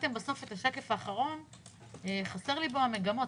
הצגתם את השקף האחרון וחסרות לי בו המגמות.